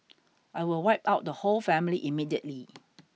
I will wipe out the whole family immediately